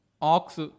ox